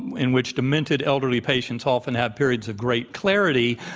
in which demented elderly patients often have periods of great clarity,